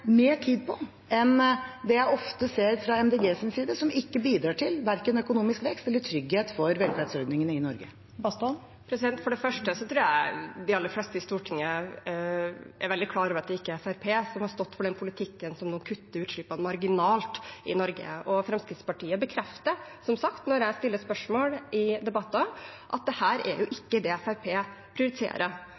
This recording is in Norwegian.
mer tid på enn det jeg ofte ser fra Miljøpartiet De Grønnes side, som ikke bidrar til verken økonomisk vekst eller trygghet for velferdsordningene i Norge. Det åpnes for oppfølgingsspørsmål – først Une Bastholm. For det første tror jeg de aller fleste i Stortinget er veldig klar over at det ikke er Fremskrittspartiet som har stått for den politikken som nå kutter utslippene marginalt i Norge. Fremskrittspartiet bekrefter, som sagt, når jeg stiller spørsmål i debatter, at dette ikke er det Fremskrittspartiet prioriterer.